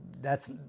thats